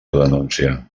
denúncia